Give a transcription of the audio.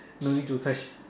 no need to ques~